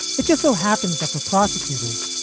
it just so happens that for prosecutors,